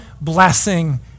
blessing